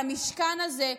למשכן הזה,